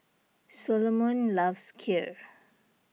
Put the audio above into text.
Solomon loves Kheer